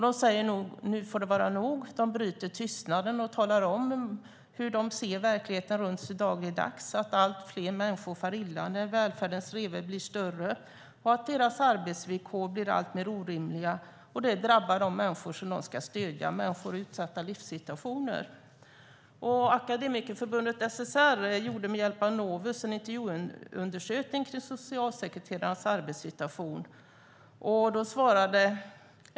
De säger att det får vara nog nu. De bryter tystnaden och talar om hur de ser verkligheten dagligdags, att allt fler människor far illa när välfärdens revor blir större och att deras arbetsvillkor blir alltmer orimliga. Det drabbar de människor som de ska stödja, människor i utsatta livssituationer. Akademikerförbundet SSR gjorde med hjälp av Novus en intervjuundersökning om socialsekreterarnas arbetssituation.